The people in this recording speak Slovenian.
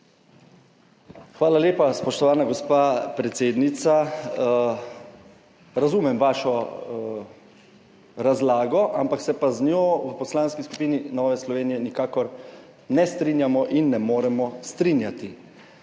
Hvala lepa, spoštovana gospa predsednica. Razumem vašo razlago, ampak se pa z njo v Poslanski skupini Nove Slovenije nikakor ne strinjamo in ne moremo strinjati.